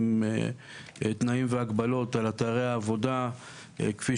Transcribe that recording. עם תנאים והגבלות על אתרי העבודה כפי